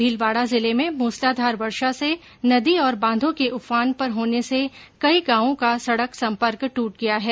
भीलवाड़ा जिले में मूसलाधार वर्षा से नदी और बांधों के उफान पर होने से कई गांवों का सड़क संपर्क ट्रट गया है